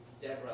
Deborah